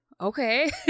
okay